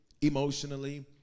emotionally